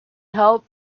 help